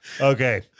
Okay